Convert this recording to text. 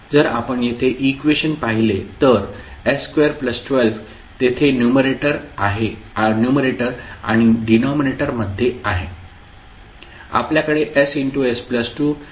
जर आपण येथे इक्वेशन पाहिले तर s212 तेथे न्युमरेटर आणि डिनॉमिनेटर मध्ये आहे आपल्याकडे ss2s3 आहेत